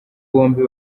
bombi